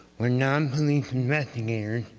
where non-police investigators